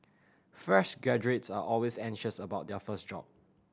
fresh graduates are always anxious about their first job